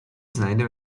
znajdę